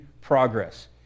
progress